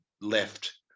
left